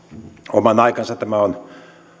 oman aikansa tämä on